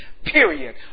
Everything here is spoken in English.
period